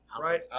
Right